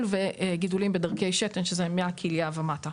וגידולים בדרכי שתן שזה מהכליה ומטה.